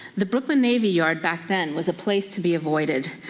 the brooklyn navy yard, back then, was a place to be avoided.